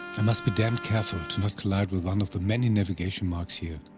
i must be damned careful to not collide with one of the many navigation marks here.